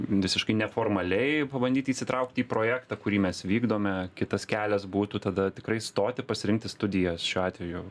visiškai neformaliai pabandyti įsitraukti į projektą kurį mes vykdome kitas kelias būtų tada tikrai stoti pasirinkti studijas šiuo atveju